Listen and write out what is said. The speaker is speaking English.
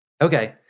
Okay